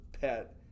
pet